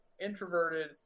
introverted